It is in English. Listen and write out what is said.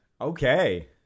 Okay